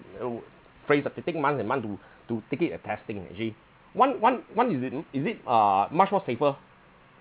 uh phase that take months and months to to take it a testing actually one one one is it is it uh much more safer